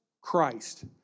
Christ